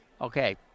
Okay